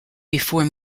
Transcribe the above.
before